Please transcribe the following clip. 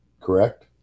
correct